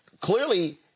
clearly